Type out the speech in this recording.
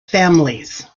families